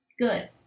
Good